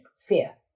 fear